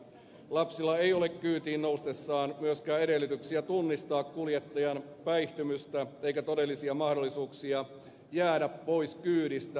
lapsilla ei ole kyytiin noustessaan myöskään edellytyksiä tunnistaa kuljettajan päihtymystä eikä todellisia mahdollisuuksia jäädä pois kyydistä